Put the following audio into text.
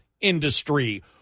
industry